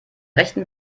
rechten